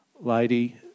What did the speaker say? lady